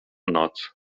noc